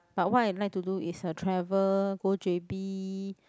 but what I like to do is to travel go j_b